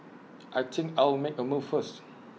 I think I'll make A move first